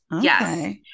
Yes